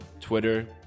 Twitter